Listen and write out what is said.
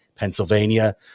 Pennsylvania